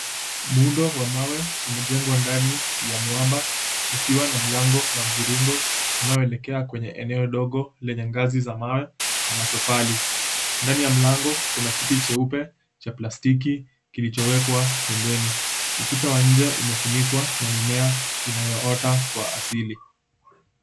Muundo wa mawe umejengwa ndani ya mwamba ukiwa na mlango wa mviringo unaoelekea kwenye eneo dogo lenye ngazi za mawe na matofali. Ndani ya mlango kuna miti cheupe cha plastiki kilichowekwa pembeni. Ukuta wa nje umefunikwa na mimea inayoota kwa asili.